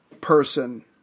person